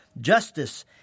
justice